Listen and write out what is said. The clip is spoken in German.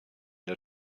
der